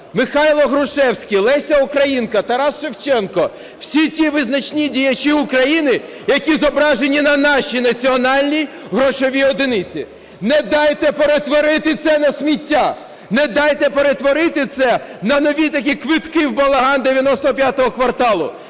Михайло Грушевський, Леся Українка, Тарас Шевченко – всі ті визначні діячі України, які зображені на нашій національній грошовій одиниці. Не дайте перетворити це на сміття. Не дайте перетворити це на нові такі квитки в балаган "95 кварталу".